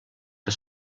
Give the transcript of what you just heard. que